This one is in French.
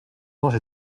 songe